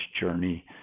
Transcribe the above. journey